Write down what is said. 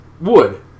wood